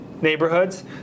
neighborhoods